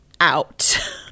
out